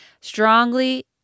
Strongly